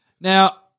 Now